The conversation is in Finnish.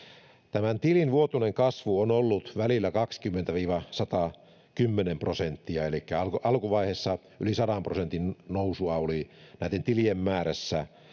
tämän tilin vuotuinen kasvu on ollut kaksikymmentä viiva satakymmentä prosenttia elikkä alkuvaiheessa yli sadan prosentin nousua oli näitten tilien määrässä